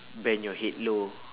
bend your head low